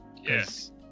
yes